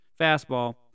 fastball